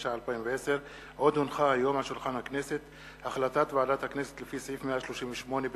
התש"ע 2010. החלטת ועדת הכנסת לפי סעיף 138(ב1)